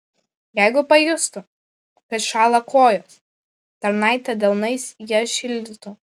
jeigu pajustų kad šąla kojos tarnaitė delnais jas šildytų